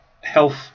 Health